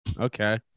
Okay